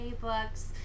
books